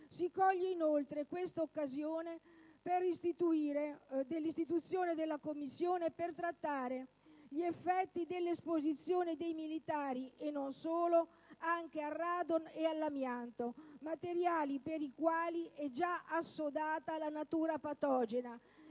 Si coglie, inoltre, l'occasione dell'istituzione della Commissione per trattare gli effetti dell'esposizione dei militari, e non solo, anche al radon ed all'amianto, materiali per i quali è già assodata la natura patogena